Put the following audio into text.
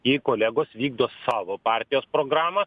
jei kolegos vykdo savo partijos programą